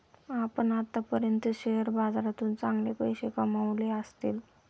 आपण आत्तापर्यंत शेअर बाजारातून चांगले पैसे कमावले असतील